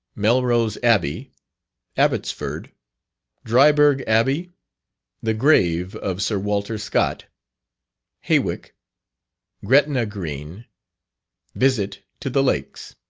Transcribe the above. melrose abbey abbotsford dryburgh abbey the grave of sir walter scott hawick gretna green visit to the lakes,